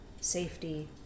safety